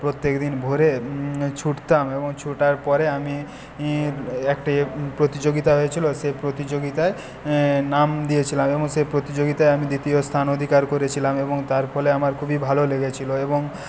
প্রত্যেকদিন ভোরে ছুটতাম এবং ছোটার পরে আমি একটা প্রতিযোগিতা হয়েছিলো সেই প্রতিযোগিতায় নাম দিয়েছিলাম এবং সেই প্রতিযোগিতায় আমি দ্বিতীয় স্থান অধিকার করেছিলাম এবং তার ফলে আমার খুবই ভালো লেগেছিলো এবং